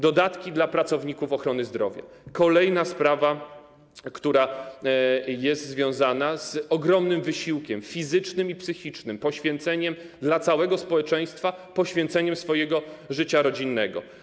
Dodatki dla pracowników ochrony zdrowia, kolejna sprawa, gdyż ich praca jest związana z ogromnym wysiłkiem fizycznym i psychicznym, poświęceniem dla całego społeczeństwa, poświęceniem swojego życia rodzinnego.